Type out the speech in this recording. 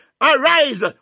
arise